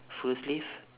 full sleeve